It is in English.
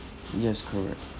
yes correct